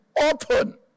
open